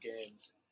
games